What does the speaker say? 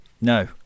No